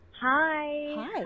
hi